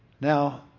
Now